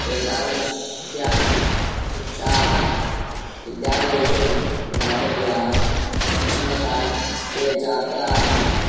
एतादृश्यः शिक्षाः विद्यालयेषु दातव्याः अन्यथा ते छात्राः